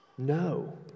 No